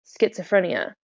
schizophrenia